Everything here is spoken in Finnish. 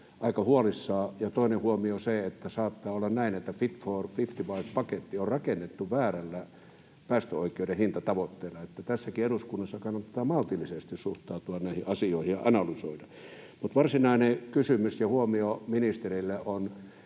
aika huolissaan. Ja toinen huomio on se, että saattaa olla näin, että Fit for 55 ‑paketti on rakennettu väärällä päästöoikeuden hintatavoitteella, niin että tässäkin eduskunnan kannattaa maltillisesti suhtautua näihin asioihin ja analysoida. Mutta varsinainen kysymys ja huomio ministerille on